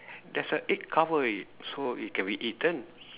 there's a egg cover it so it can be eaten